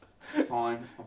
Fine